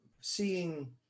seeing